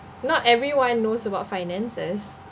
not everyone knows about finances